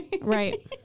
Right